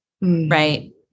right